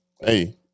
Hey